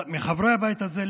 מחברי הבית הזה,